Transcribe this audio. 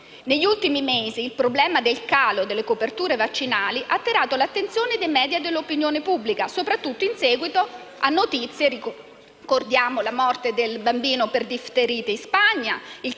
Negli ultimi mesi il problema del calo delle coperture vaccinali ha attirato l'attenzione dei media e dell'opinione pubblica, soprattutto in seguito ad alcune notizie: ricordiamo